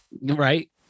Right